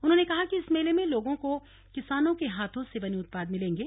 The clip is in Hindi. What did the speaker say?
उन्होंने कहा कि इस मेले में लोगों को किसानों के हाथों से बने उत्पाद मिलेंगे